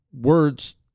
words